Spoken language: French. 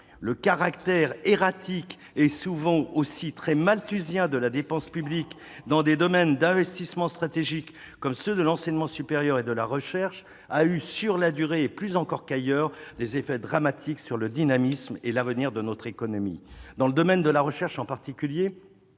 Le caractère erratique, souvent aussi très malthusien, de la dépense publique dans des domaines d'investissement stratégiques comme l'enseignement supérieur et la recherche aura eu, sur la durée, plus encore qu'ailleurs, des effets dramatiques sur le dynamisme et l'avenir de notre économie. Dans le domaine de la recherche, en particulier,